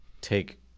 take